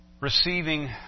Receiving